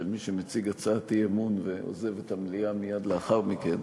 של מי שמציג הצעת אי-אמון ועוזב את המליאה מייד לאחר מכן.